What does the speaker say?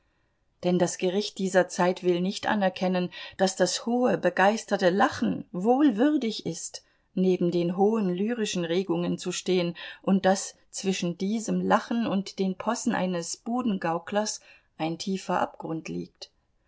denn das gericht dieser zeit will nicht anerkennen daß das hohe begeisterte lachen wohl würdig ist neben den hohen lyrischen regungen zu stehen und daß zwischen diesem lachen und den possen eines budengauklers ein tiefer abgrund liegt